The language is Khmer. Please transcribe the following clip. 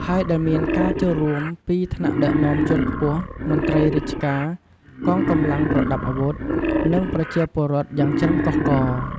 ហើយដែលមានការចូលរួមពីថ្នាក់ដឹកនាំជាន់ខ្ពស់ មន្ត្រីរាជការ កងកម្លាំងប្រដាប់អាវុធ និងប្រជាពលរដ្ឋយ៉ាងច្រើនកុះករ។